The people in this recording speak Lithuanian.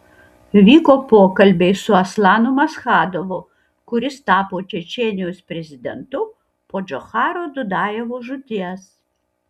vyko pokalbiai su aslanu maschadovu kuris tapo čečėnijos prezidentu po džocharo dudajevo žūties